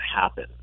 happen